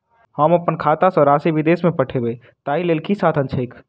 हम अप्पन खाता सँ राशि विदेश मे पठवै ताहि लेल की साधन छैक?